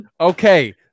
Okay